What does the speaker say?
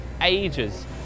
ages